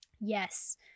Yes